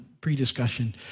pre-discussion